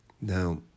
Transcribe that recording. Now